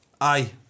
Aye